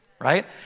right